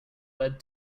led